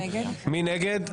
מי נגד?